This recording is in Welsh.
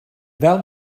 fel